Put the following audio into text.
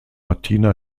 martina